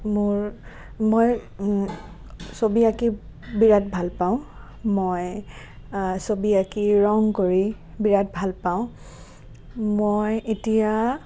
মোৰ মই ছবি আঁকি বিৰাট ভাল পাওঁ মই ছবি আঁকি ৰং কৰি বিৰাট ভাল পাওঁ মই এতিয়া